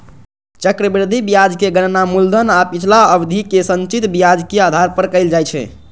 चक्रवृद्धि ब्याजक गणना मूलधन आ पिछला अवधिक संचित ब्याजक आधार पर कैल जाइ छै